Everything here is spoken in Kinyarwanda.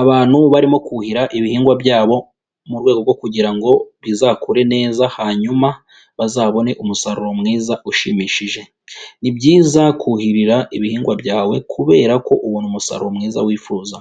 Abantu barimo kuhira ibihingwa byabo mu rwego rwo kugira ngo bizakure neza hanyuma bazabone umusaruro mwiza ushimishije. Ni byiza kuhirira ibihingwa byawe kubera ko ubona umusaruro mwiza wifuza.